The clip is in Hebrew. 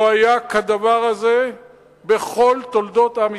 לא היה כדבר הזה בכל תולדות עם ישראל.